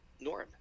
Norm